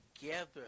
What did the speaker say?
together